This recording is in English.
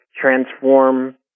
transform